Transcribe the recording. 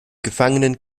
gefangenen